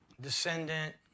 descendant